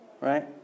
Right